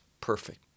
perfect